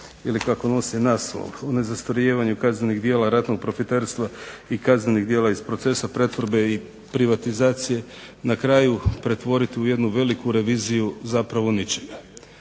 ili kako nosi naslov o nezastarijevanju kaznenih djela ratnog profiterstva i kaznenih djela iz procesa pretvorbe i privatizacije na kraju pretvoriti u jednu veliku reviziju zapravo ničega.